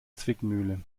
zwickmühle